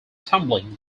tumbling